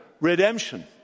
redemption